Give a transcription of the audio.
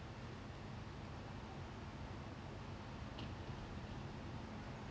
okay